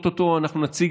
או-טו-טו אנחנו נציג,